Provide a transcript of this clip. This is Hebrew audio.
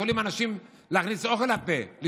כדי שהאנשים יוכלו להכניס אוכל לפה,